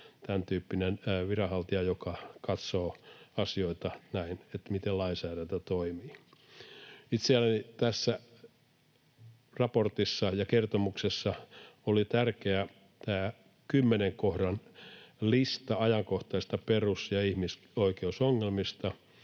tämäntyyppinen viranhaltija, joka katsoo asioita näin, että miten lainsäädäntö toimii. Itselläni tässä raportissa ja kertomuksessa oli tärkeä tämä kymmenen kohdan lista ajankohtaisista perus- ja ihmisoikeusongelmista.